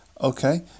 Okay